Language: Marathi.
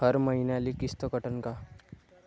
हर मईन्याले किस्त कटन का?